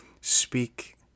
speak